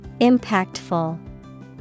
Impactful